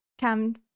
come